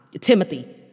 Timothy